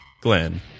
Glenn